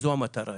זו המטרה היום.